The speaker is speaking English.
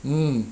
mm